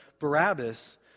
Barabbas